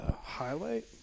highlight